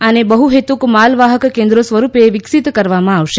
આને બહ્હેતુક માલવાહક કેન્દ્રો સ્વરૂપે વિકસિત કરવામાં આવશે